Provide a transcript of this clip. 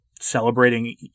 celebrating